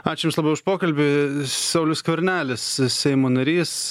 ačiū jums labai už pokalbį saulius skvernelis seimo narys